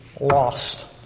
lost